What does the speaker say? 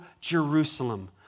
Jerusalem